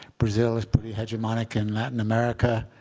brazil is pretty hegemonic, and latin america,